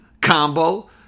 Combo